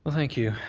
thank you.